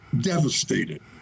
devastated